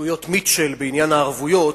התבטאויות מיטשל בעניין הערבויות,